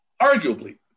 Arguably